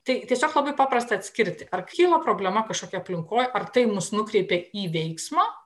tai tiesiog labai paprasta atskirti ar kyla problema kažkokioj aplinkoj ar tai mus nukreipia į veiksmą